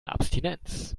abstinenz